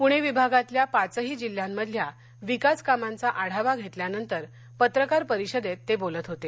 पणे विभागातल्या पाचही जिल्ह्यामधल्या विकास कामांचा आढावा घेतल्यानंतर पत्रकार परिषदेत ते बोलत होते